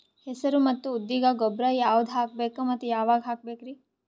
ಹೆಸರು ಮತ್ತು ಉದ್ದಿಗ ಗೊಬ್ಬರ ಯಾವದ ಹಾಕಬೇಕ ಮತ್ತ ಯಾವಾಗ ಹಾಕಬೇಕರಿ?